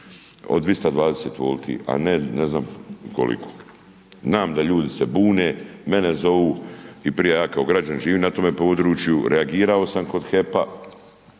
od 220 W, a ne, ne znam koliko. Znam da ljudi se bune, mene zovu i prije, ja kao građanin živim na tome području, reagirao sam kod HEP-a,